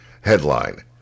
Headline